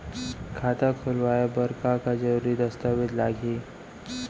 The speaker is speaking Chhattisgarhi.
खाता खोलवाय बर का का जरूरी दस्तावेज लागही?